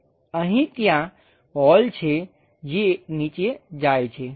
અહીં ત્યાં હોલ છે જે નીચે જાય છે